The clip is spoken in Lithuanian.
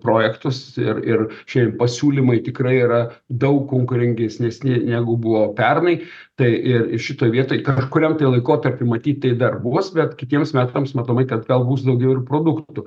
projektus ir ir šian pasiūlymai tikrai yra daug konkurengisgesni negu buvo pernai tai ir šitoj vietoj kažkuriam tai laikotarpy matyt tai dar bus bet kitiems metams matomai kad gal bus daugiau ir produktų